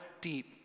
deep